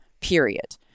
Period